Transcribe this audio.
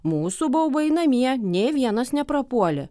mūsų bobai namie nė vienas neprapuolė